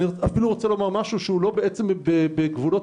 אני רוצה לומר אמירה עקרונית מחוץ לגבולות